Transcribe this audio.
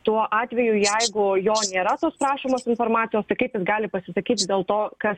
tuo atveju jeigu jo nėra tos prašomos informacijos tai kaip jis gali pasisakyti dėl to kas